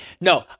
No